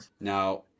Now